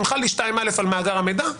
אם חל על 2 (א) על מאגר המידע,